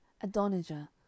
Adonijah